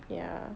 ya